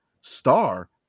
star